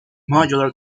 modular